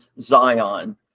Zion